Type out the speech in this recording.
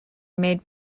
made